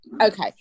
Okay